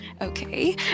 Okay